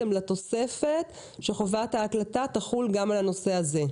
לתוספת שחובת ההקלטה תחול גם על הנושא הזה.